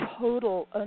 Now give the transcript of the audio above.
total